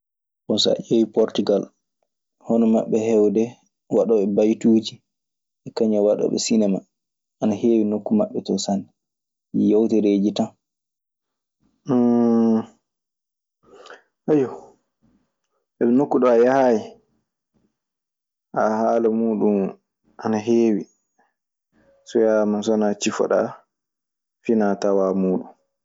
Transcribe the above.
Bon, so ƴeewii Portigal, hono maɓɓe heewde waɗoo ɓe baytuuji e kañun e waɗooɓe sinema ana heewi to maɓɓe sanne. Yewtereeji tan. ayo, sabi nokku ɗo a yahay, aa haala muuɗun ana heewi. So wiyaama sowana cifodaa finaa tawaa muuɗun.